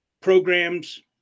programs